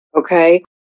Okay